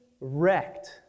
wrecked